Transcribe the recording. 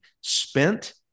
spent